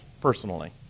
personally